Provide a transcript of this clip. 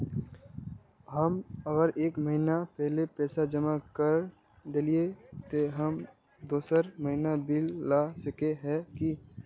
हम अगर एक महीना पहले पैसा जमा कर देलिये ते हम दोसर महीना बिल ला सके है की?